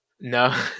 no